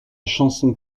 chanson